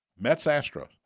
Mets-Astros